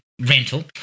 rental